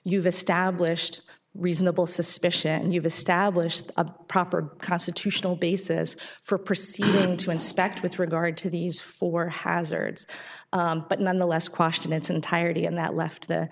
you've established reasonable suspicion and you've established a proper constitutional basis for proceed to inspect with regard to these four hazards but nonetheless question its entirety and that left the